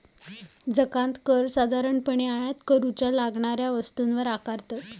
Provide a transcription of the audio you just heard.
जकांत कर साधारणपणे आयात करूच्या लागणाऱ्या वस्तूंवर आकारतत